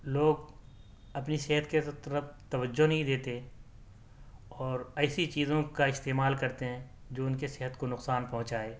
لوگ اپنی صحت کی طرف توجہ نہیں دیتے اور ایسی چیزوں کا استعمال کرتے ہیں جو ان کے صحت کو نقصان پہنچائے